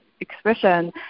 Expression